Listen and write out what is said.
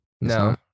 No